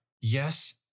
Yes